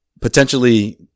potentially